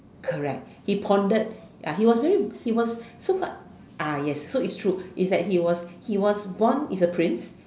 correct he pondered ya he was very he was so called ah yes so it's true it's that he was he was born is a prince